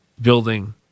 building